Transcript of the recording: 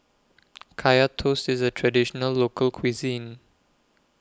Kaya Toast IS A Traditional Local Cuisine